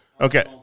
Okay